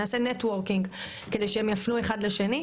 נעשה נטוורקינג כדי שהם יפנו אחד לשני.